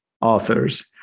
authors